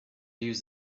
use